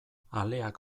aleak